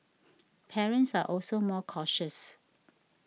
parents are also more cautious